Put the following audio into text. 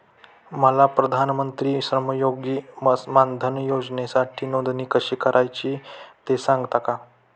मला प्रधानमंत्री श्रमयोगी मानधन योजनेसाठी नोंदणी कशी करायची ते सांगता का?